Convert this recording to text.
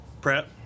Prep